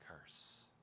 curse